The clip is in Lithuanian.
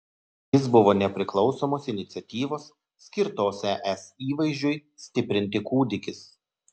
jis buvo nepriklausomos iniciatyvos skirtos es įvaizdžiui stiprinti kūdikis